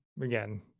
again